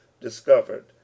discovered